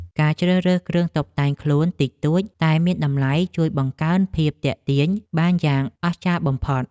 ការជ្រើសរើសគ្រឿងតុបតែងខ្លួនតិចតួចតែមានតម្លៃ ជួយបង្កើនភាពទាក់ទាញបានយ៉ាងអស្ចារ្យបំផុត។